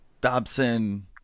Dobson